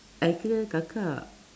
I kakak